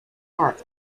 park